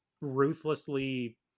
ruthlessly